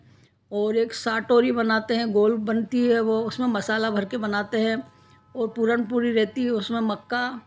और एक साटोरी बनाते हैं गोल बनती है वह उसमें मसाला भर कर बनाते हैं ओ पूरण पूरी रहती उसमें मक्का